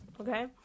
okay